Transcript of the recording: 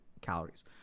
calories